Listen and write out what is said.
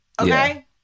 Okay